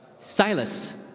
Silas